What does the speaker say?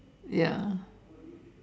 ya